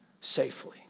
safely